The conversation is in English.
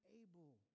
able